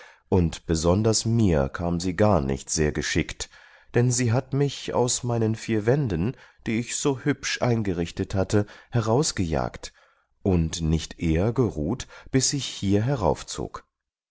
und besonders mir kam sie gar nicht sehr geschickt denn sie hat mich aus meinen vier wänden die ich so hübsch eingerichtet hatte herausgejagt und nicht eher geruht bis ich hier heraufzog